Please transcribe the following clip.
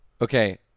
Okay